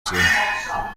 kera